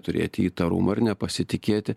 turėti įtarumo ir nepasitikėti